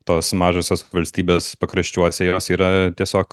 tos mažosios valstybės pakraščiuose jos yra tiesiog